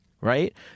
right